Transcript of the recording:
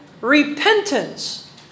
repentance